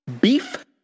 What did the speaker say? Beef